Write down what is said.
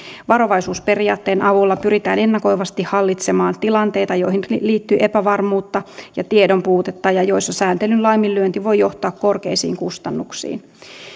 varovaisuusperiaatteen avulla pyritään ennakoivasti hallitsemaan tilanteita joihin liittyy epävarmuutta ja tiedon puutetta ja joissa sääntelyn laiminlyönti voi johtaa korkeisiin kustannuksiin